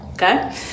Okay